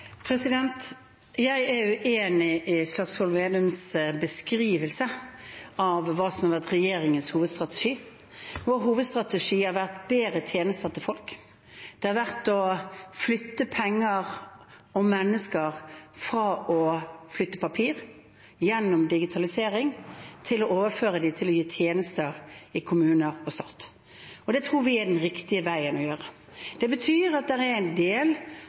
Jeg er uenig i Slagsvold Vedums beskrivelse av hva som har vært regjeringens hovedstrategi. Vår hovedstrategi har vært bedre tjenester til folk. Den har vært å flytte penger og mennesker fra å flytte papir, gjennom digitalisering, til å overføre dem til å gi tjenester i kommuner og stat. Det tror vi er den riktige veien å gå. Det betyr at det er en del